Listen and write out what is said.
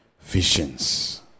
visions